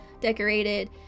decorated